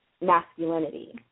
masculinity